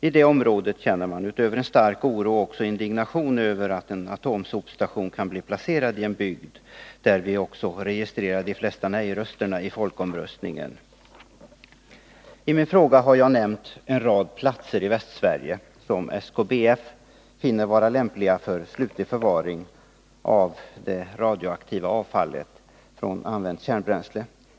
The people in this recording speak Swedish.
I det området känner man utöver en stark oro också en indignation över att en atomsopstation kan bli placerad i en bygd där vi i fjolårets folkomröstning registrerade det starkaste kärnkraftsmotståndet i landet. I min fråga har jag nämnt en rad platser i Västsverige som SKBF finner vara lämpliga för slutlig förvaring av det radioaktiva avfallet från använt kärnbränsle.